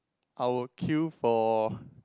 I will queue for